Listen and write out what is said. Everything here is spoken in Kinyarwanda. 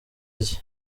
rye